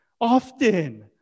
Often